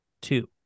two